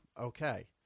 Okay